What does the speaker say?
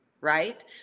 right